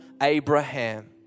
Abraham